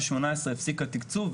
הפסיק התקצוב,